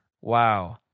wow